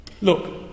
Look